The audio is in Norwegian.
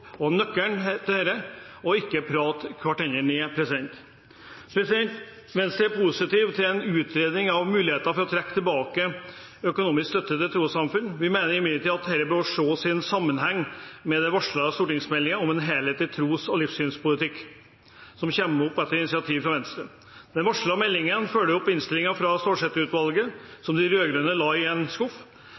er nøkkelen til dette ikke å prate hverandre ned. Venstre er positiv til en utredning av muligheten for å trekke tilbake økonomisk støtte til trossamfunn. Vi mener imidlertid dette bør ses i sammenheng med den varslede stortingsmeldingen om en helhetlig tros- og livssynspolitikk, som kommer opp etter initiativ fra Venstre. Den varslede meldingen følger opp innstillingen fra Stålsett-utvalget, som de rød-grønne la i en skuff.